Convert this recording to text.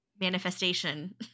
manifestation